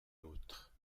autre